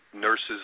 nurses